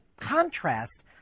contrast